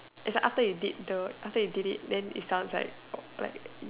it's a after you did the after you did it then it sounds like like